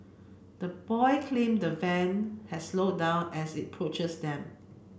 the boy claimed the van has slowed down as it approached them